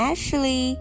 Ashley